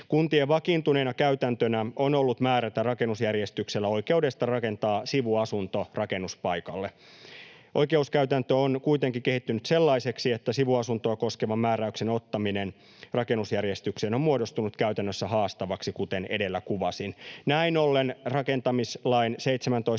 Kuntien vakiintuneena käytäntönä on ollut määrätä rakennusjärjestyksellä oikeudesta rakentaa sivuasunto rakennuspaikalle. Oikeuskäytäntö on kuitenkin kehittynyt sellaiseksi, että sivuasuntoa koskevan määräyksen ottaminen rakennusjärjestykseen on muodostunut käytännössä haastavaksi, kuten edellä kuvasin. Näin ollen rakentamislain 17